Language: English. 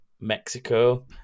Mexico